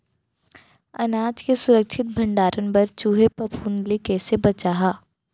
अनाज के सुरक्षित भण्डारण बर चूहे, फफूंद ले कैसे बचाहा?